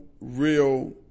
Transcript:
real